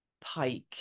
Pike